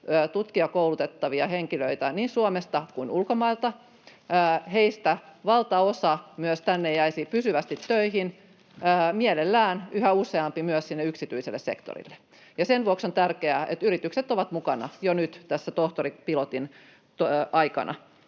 tutkijakoulutettavia henkilöitä niin Suomesta kuin ulkomailta, heistä valtaosa myös tänne jäisi pysyvästi töihin, mielellään yhä useampi myös sinne yksityiselle sektorille, ja sen vuoksi on tärkeää, että yritykset ovat mukana jo nyt tässä tohtoripilotin aikana.